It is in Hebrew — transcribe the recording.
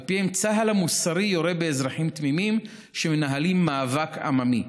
שעל פיהן צה"ל המוסרי יורה באזרחים תמימים שמנהלים מאבק עממי,